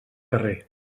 carrer